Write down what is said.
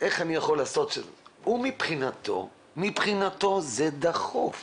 מבחינתו זה דחוף.